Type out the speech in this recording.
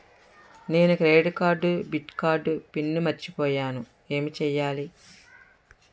నేను credit card debit card PIN మర్చిపోయేను ఎం చెయ్యాలి?